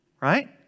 Right